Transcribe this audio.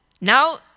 Now